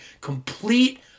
complete